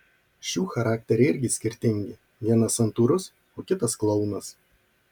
šių charakteriai irgi skirtingi vienas santūrus o kitas klounas